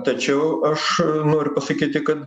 tačiau aš noriu pasakyti kad